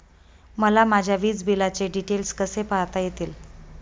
मला माझ्या वीजबिलाचे डिटेल्स कसे पाहता येतील?